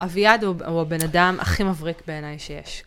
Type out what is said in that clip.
אביעד הוא הבן אדם הכי מבריק בעיניי שיש.